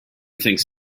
thinks